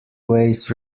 ways